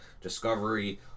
Discovery